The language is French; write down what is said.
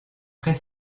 très